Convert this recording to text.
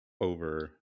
Over